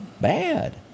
Bad